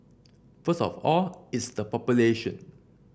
first of all it's the population